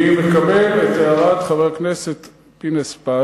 אני מקבל את הערת חבר הכנסת פינס-פז,